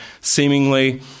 seemingly